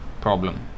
problem